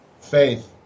faith